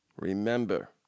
Remember